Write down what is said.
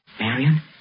Marion